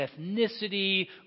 ethnicity